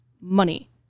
money